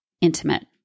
intimate